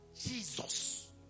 Jesus